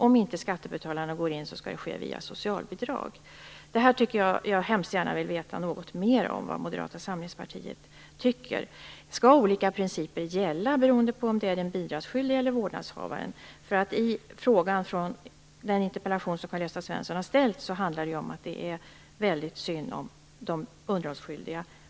Om inte skattebetalarna går in, så skall det ske via socialbidrag. Jag skulle väldigt gärna vilja veta något mer om vad Moderata samlingspartiet tycker. Skall olika principer gälla för den bidragsskyldige och för vårdnadshavaren. Den interpellation som Karl-Gösta Svenson har ställt handlar ju om att det är väldigt synd om de underhållsskyldiga.